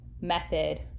method